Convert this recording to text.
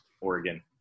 Oregon